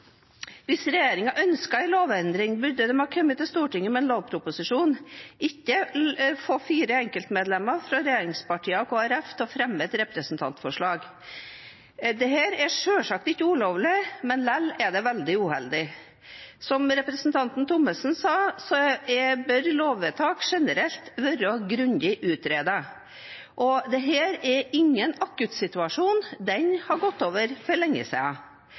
Hvis regjeringen ønsket en lovendring, burde den ha kommet til Stortinget med en lovproposisjon, ikke få fire enkeltmedlemmer fra regjeringspartiene og Kristelig Folkeparti til å fremme et representantforslag. Dette er selvsagt ikke ulovlig, men likevel er det veldig uheldig. Som representanten Thommessen sa, bør lovvedtak generelt være grundig utredet. Dette er ingen akuttsituasjon, den har gått over for lenge